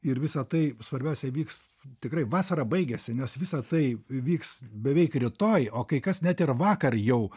ir visa tai svarbiausia vyks tikrai vasara baigiasi nes visa tai vyks beveik rytoj o kai kas net ir vakar jau